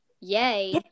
yay